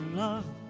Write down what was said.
love